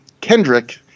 Kendrick